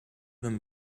than